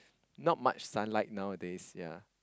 not much sunlight nowadays ya